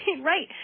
Right